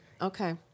Okay